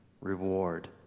reward